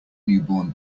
newborn